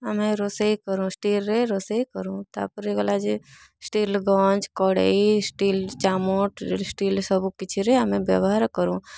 ଆମେ ରୋଷେଇ କରୁଁ ଷ୍ଟିଲ୍ରେ ରୋଷେଇ କରୁଁ ତା ପରେ ଗଲା ଯେ ଷ୍ଟିଲ୍ ଗଞ୍ଜ୍ କଡ଼େଇ ଷ୍ଟିଲ୍ ଚାମଚ ଷ୍ଟିଲ୍ ସବୁ କିଛିରେ ଆମେ ବ୍ୟବହାର କରୁଁ